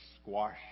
squash